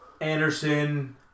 Anderson